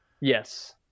yes